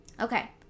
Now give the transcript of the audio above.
Okay